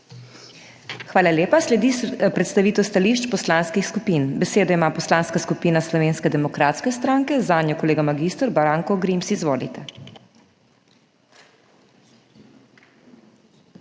Hvala lepa. Sledi predstavitev stališč poslanskih skupin. Besedo ima Poslanska skupina Slovenske demokratske stranke, zanjo kolega mag. Branko Grims. Izvolite.